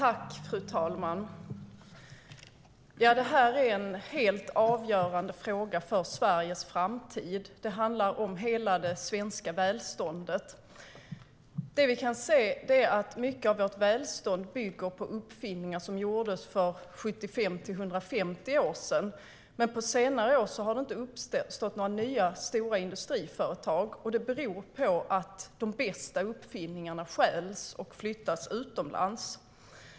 Fru talman! Detta är en helt avgörande fråga för Sveriges framtid - det handlar om hela det svenska välståndet. Mycket av vårt välstånd bygger på uppfinningar som gjordes för 75-150 år sedan, men på senare år har det inte uppstått några nya stora industriföretag. Det beror på att de bästa uppfinningarna stjäls och flyttas utomlands.